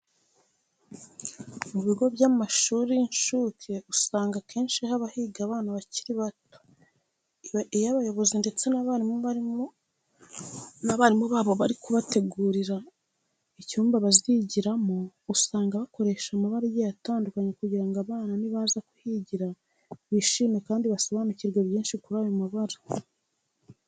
Mu bigo by'amashuri y'incuke usanga akenshi haba higa abana bakiri bato. Iyo abayobozi ndetse n'abarimu babo bari kubategurira icyumba bazigiramo, usanga bakoresha amabara agiye atandukanye kugira ngo abana nibaza kuhigira bishime kandi basobanukirwe byinshi kuri ayo mabara.